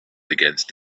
against